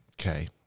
Okay